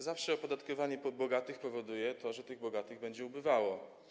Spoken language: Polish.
Zawsze opodatkowanie bogatych powoduje to, że tych bogatych będzie ubywało.